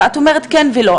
ואת אומרת כן ולא,